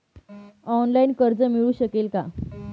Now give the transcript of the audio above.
Online कर्ज मिळू शकेल का?